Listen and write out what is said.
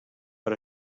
per